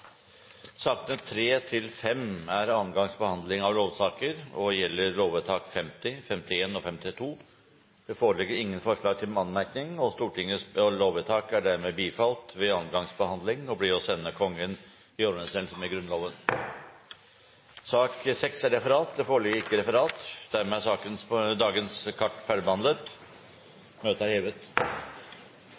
Sakene nr. 3–5 er andre gangs behandling av lovsaker. Det foreligger ingen forslag til anmerkning, og Stortingets lovvedtak er dermed bifalt ved andre gangs behandling og blir å sende Kongen i overensstemmelse med Grunnloven. Det foreligger ikke noe referat. Dermed er dagens kart ferdigbehandlet. Forlanger noen ordet før møtet heves? – Møtet er hevet.